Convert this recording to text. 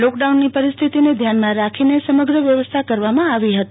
લોકડાઉનની પરિસ્થિતિને ધ્યાનમાં રાખીને સમગ્ર વ્યવસ્થા કરવામાં આવી રહી છે